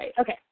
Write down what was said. Okay